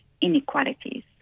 inequalities